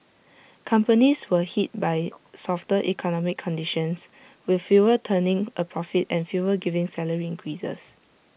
companies were hit by softer economic conditions with fewer turning A profit and fewer giving salary increases